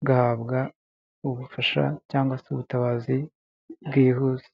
ugahabwa ubufasha cyangwa se ubutabazi bwihuse.